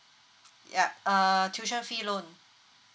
yup uh tuition fee loan